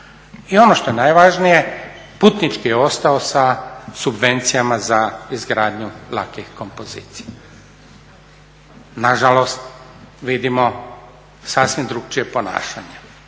I ono što je najvažnije putnički je ostao sa subvencijama za izgradnju lakih kompozicija. Nažalost, vidimo sasvim drukčije ponašanje.